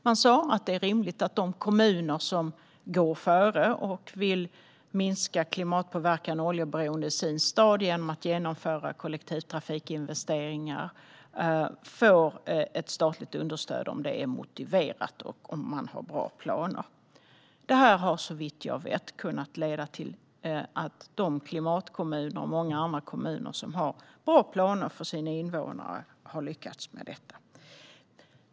Man har sagt att det är rimligt att de kommuner som går före och vill minska klimatpåverkan och oljeberoende i sin stad genom att genomföra kollektivtrafikinvesteringar får ett statligt understöd om det är motiverat och om man har bra planer. Detta har såvitt jag vet kunnat leda till att klimatkommuner och många andra kommuner som har bra planer för sina invånare har lyckats med det här.